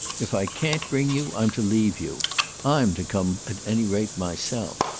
if i can't bring you i'm to leave you i'm to come at any rate myself.